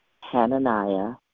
Hananiah